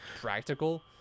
practical